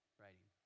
writing